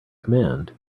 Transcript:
command